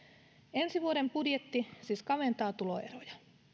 ensi vuoden budjetti siis kaventaa tuloeroja